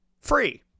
free